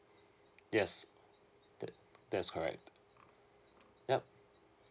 yes the that is correct yup